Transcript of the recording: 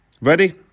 Ready